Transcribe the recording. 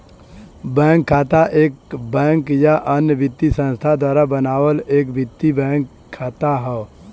bank खाता एक bank या अन्य वित्तीय संस्थान द्वारा बनावल एक वित्तीय खाता हौ